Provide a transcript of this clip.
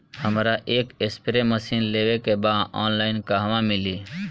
हमरा एक spray machine लेवे के बा ऑनलाइन कहवा मिली?